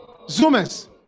Zoomers